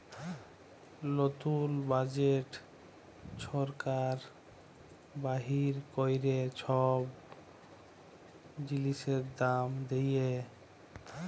লতুল বাজেট ছরকার বাইর ক্যরে ছব জিলিসের দাম দিঁয়ে